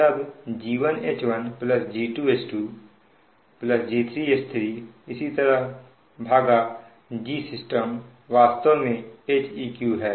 तब G1 H1 G2 H2 make it in genaralGnHnby your system base Gsystem वास्तव में Heq है